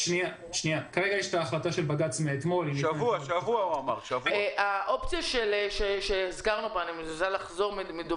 כמו שכתוב גם בעמדת המדינה, השר, שר